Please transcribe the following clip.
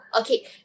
okay